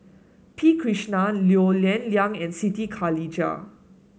P Krishnan Low Yen Ling and Siti Khalijah